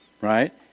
Right